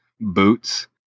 boots